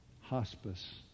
hospice